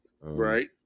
right